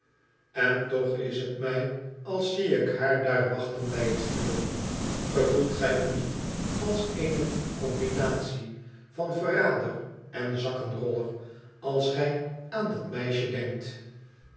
en toch is het mij als zie ik haar daar wachten bij het vuur gevoelt gij u niet als eene combinatie van verrader en zakkenroller als gij aan dat meisje denkt